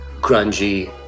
grungy